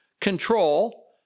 control